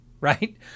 right